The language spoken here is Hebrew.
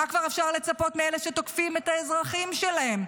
מה כבר אפשר לצפות מאלה שתוקפים את האזרחים שלהם?